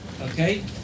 Okay